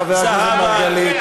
חבר הכנסת מרגלית.